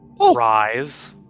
rise